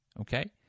Okay